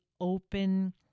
open